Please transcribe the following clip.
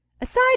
Aside